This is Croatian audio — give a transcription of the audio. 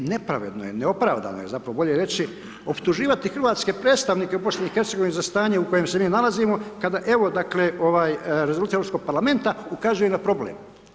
I nepravedno je, neopravdano je, zapravo bolje je reći optuživati hrvatske predstavnike u Bosni i Hercegovini za stanje u kojem se mi nalazimo kada evo dakle, rezolucije Europskog parlamenta ukazuje na problem.